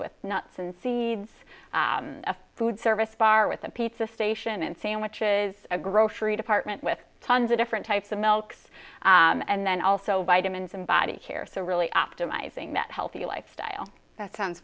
with nuts and seeds a food service bar with a pizza station and sandwiches a grocery department with tons of different types of milks and then also vitamins and body care so really optimizing that healthy lifestyle that sounds